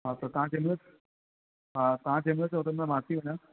हा त तव्हां केॾी महिल हा तव्हां जेॾी महिल चयो तेॾी महिल अची वेंदो आहियां